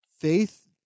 Faith